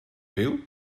byw